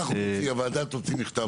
הוועדה תוציא מכתב